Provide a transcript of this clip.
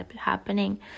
happening